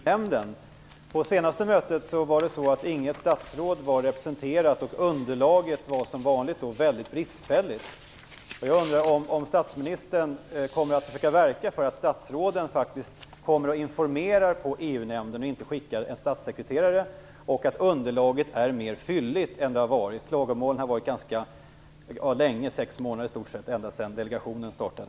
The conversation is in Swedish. Fru talman! Jag har en väldigt kort fråga som gäller EU-nämnden. På senaste mötet var inget statsråd närvarande, och underlaget var som vanligt väldigt bristfälligt. Jag undrar om statsministern skall försöka verka för att statsråden faktiskt kommer och informerar i EU nämnden och inte skickar en statssekreterare, och att underlaget blir mer fylligt än det har varit. Det har funnits klagomål ganska länge - 6 månader i stort sett - ända sedan delegationen startade.